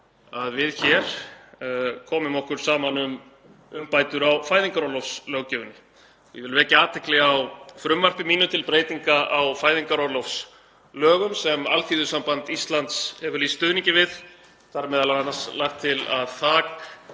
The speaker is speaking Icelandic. að við hér komum okkur saman um umbætur á fæðingarorlofslöggjöfinni. Ég vil vekja athygli á frumvarpi mínu til breytinga á fæðingarorlofslögum sem Alþýðusamband Íslands hefur lýst stuðningi við. Þar er m.a. lagt til að þakið